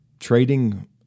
trading